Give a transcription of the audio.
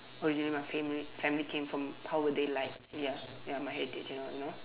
originally my family family came from how were they like ya ya my heritage you you know